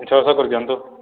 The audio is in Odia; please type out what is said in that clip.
ଛଅଶହ କରିଦିଅନ୍ତୁ